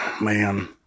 man